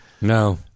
No